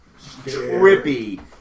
trippy